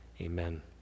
amen